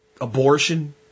abortion